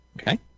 Okay